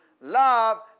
Love